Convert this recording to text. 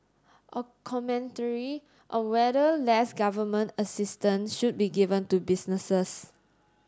a commentary on whether less government assistance should be given to businesses